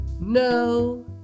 no